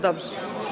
Dobrze.